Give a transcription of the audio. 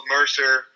Mercer